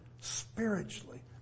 spiritually